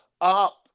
up